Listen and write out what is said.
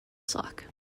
sock